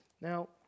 Now